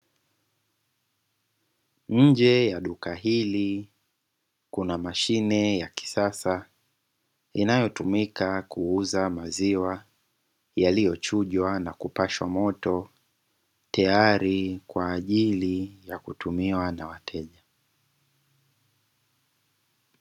Nje ya duka hili kuna mashine ya kisasa, inayotumika kuuza maziwa yaliyochujwa na kupashwa moto, tayari kwa ajili ya kutumiwa na wateja.